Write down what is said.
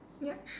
yup